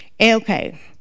Okay